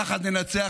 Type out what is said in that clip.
יחד ננצח,